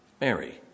Mary